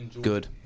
Good